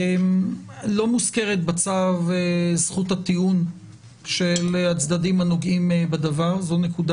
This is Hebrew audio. לא מוזכרת בצו זכות הטיעון של הצדדים הנוגעים בדבר זו נקודה